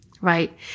right